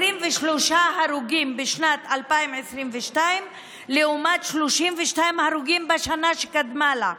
23 הרוגים בשנת 2022 לעומת 32 הרוגים בשנה שקדמה לה.